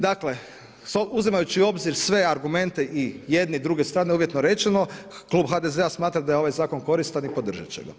Dakle uzimajući u obzir sve argumente i jedne i druge strane uvjetno rečeno, klub HDZ-a smatra da je ovaj zakon koristan i podržat će ga.